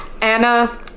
anna